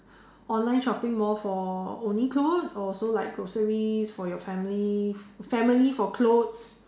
online shopping more for only clothes or also like groceries for your family family for clothes